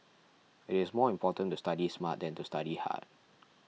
it is more important to study smart than to study hard